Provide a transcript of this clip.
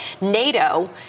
NATO